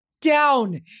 down